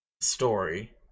story